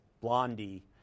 Blondie